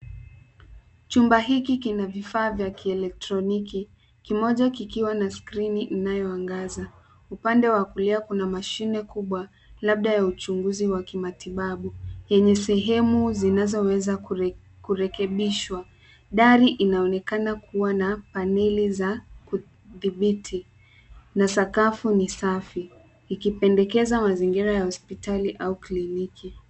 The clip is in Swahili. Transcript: Chumba hiki kina vifaa vya kielektroniki, kimoja kikiwa na skrini inayoangaza. Upande wa kulia kuna mashine kubwa labda ya uchunguzi wa kibatibabu yenye sehemu zinazoweza kurekebishwa. Dari inaonekana kuwa na paneli za kudhibiti na sakafu ni safi, Ikipendekeza mazingira ya hospitali au kliniki.